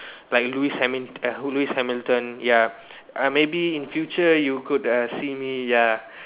like Lewis-Hamin eh Lewis-Hamilton ya uh maybe in future you could uh see me ya